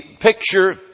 picture